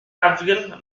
avril